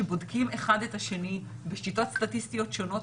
שבודקים אחד את השני בשיטות סטטיסטיות שונות